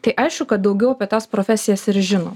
tai aišku kad daugiau apie tas profesijas ir žino